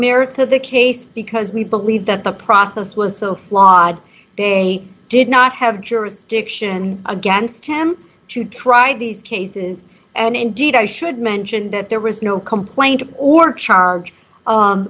merits of the case because we believe that the process was so flawed they did not have jurisdiction against him to try these cases and indeed i should mention that there was no complaint or charge